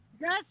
Yes